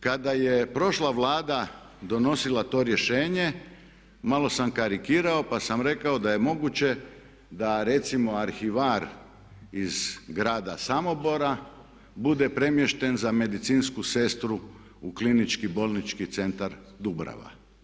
Kada je prošla Vlada donosila to rješenje malo sam karikirao, pa sam rekao da je moguće, da recimo arhivar iz grada Samobora bude premješten za medicinsku sestru u Klinički bolnički centar Dubrava.